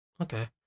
Okay